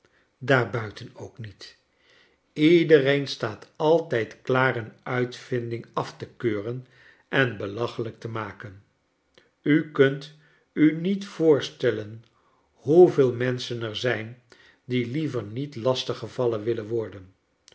wel daarbuiten ook niet iedereen staat altijd klaar een uitvinding af te keuren en belachelijk te maken u kunt u niet voorstellen hoeveel menschen er zijn die liever niet lastig gevallen willen worden